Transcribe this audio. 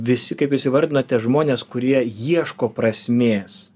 visi kaip jūs įvardinote žmonės kurie ieško prasmės